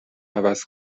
عوض